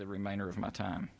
the remainder of my time